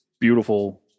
beautiful